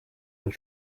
und